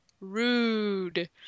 Rude